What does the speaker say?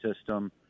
system